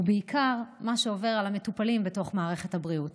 ובעיקר מה עובר על המטופלים בתוך מערכת הבריאות.